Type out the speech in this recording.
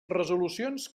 resolucions